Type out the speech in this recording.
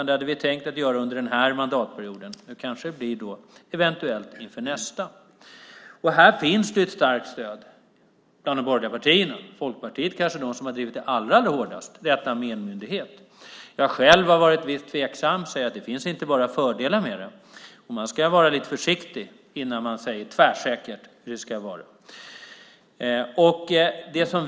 Det hade vi tänkt göra under den här mandatperioden. Nu kanske det blir nästa. Det finns ett starkt stöd bland de borgerliga partierna. Folkpartiet är kanske de som allra hårdast har drivit frågan om en myndighet. Jag har varit lite tveksam och sagt att det inte bara är fördelar med det. Man ska vara lite försiktig innan man säger tvärsäkert hur det ska vara.